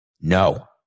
No